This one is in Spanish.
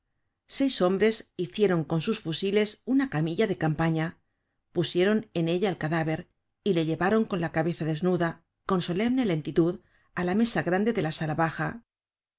seis hombres hicieron con sus fusiles una camilla de campaña pusieron en ella el cadáver y le llevaron con la cabeza desnuda con solemne lentitud á la mesa grande de la sala baja